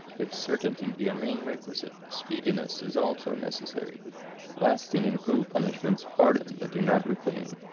if certainty be a main requisite, speedi ness is also necessary lasting and cruel punishments harden but do not reclaim.